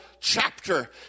Chapter